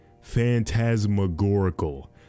phantasmagorical